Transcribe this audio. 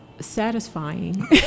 satisfying